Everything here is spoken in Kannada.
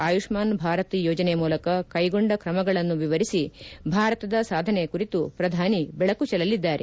ಆಯುಷ್ಹಾನ್ ಭಾರತ್ ಯೋಜನೆ ಮೂಲಕ ಕೈಗೊಂಡ ಕ್ರಮಗಳನ್ನು ವಿವರಿಸಿ ಭಾರತದ ಸಾಧನೆ ಕುರಿತು ಪ್ರಧಾನಿ ಬೆಳಕು ಚೆಲ್ಲಲಿದ್ದಾರೆ